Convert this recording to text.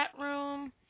room